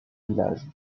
village